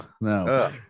no